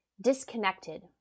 disconnected